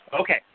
Okay